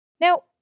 Now